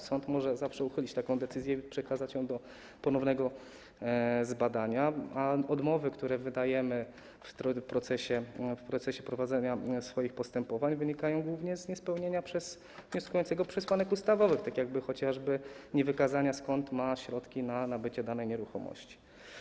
Sąd może zawsze uchylić taką decyzję i przekazać ją do ponownego zbadania, a odmowy, które wydajemy w procesie prowadzenia swoich postępowań, wynikają głównie z niespełnienia przez wnioskującego przesłanek ustawowych, takich jak chociażby niewykazanie, skąd ma środki na nabycie danej nieruchomości.